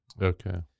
Okay